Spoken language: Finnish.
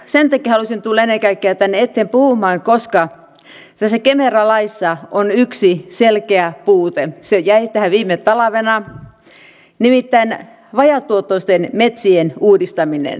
sen takia halusin tulla ennen kaikkea tänne eteen puhumaan koska tässä kemera laissa on yksi selkeä puute se jäi tähän viime talvena nimittäin vajaatuottoisten metsien uudistaminen